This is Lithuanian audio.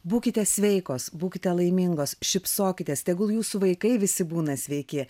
būkite sveikos būkite laimingos šypsokitės tegul jūsų vaikai visi būna sveiki